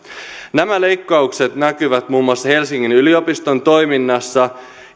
nämä leikkaukset näkyvät muun muassa helsingin yliopiston toiminnassa